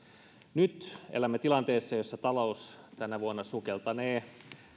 nyt elämme tilanteessa jossa talous tänä vuonna sukeltanee